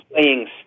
playing